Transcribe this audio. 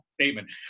statement